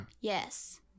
Yes